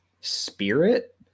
spirit